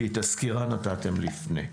כי את הסקירה נתתם לי לפני.